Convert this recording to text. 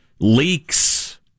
Leaks